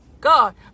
God